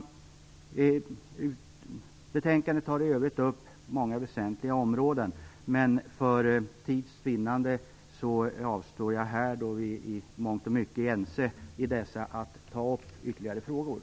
I betänkandet tas i övrigt många väsentliga områden upp, men för tids vinnande avstår jag härifrån att ta upp ytterligare frågor. Vi är i mångt och mycket ense i dessa.